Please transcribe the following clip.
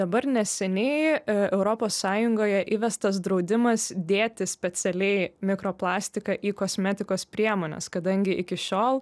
dabar neseniai e europos sąjungoje įvestas draudimas dėti specialiai mikroplastiką į kosmetikos priemones kadangi iki šiol